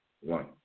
One